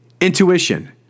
Intuition